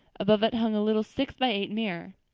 above it hung a little six-by-eight mirror.